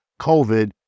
COVID